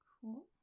Cool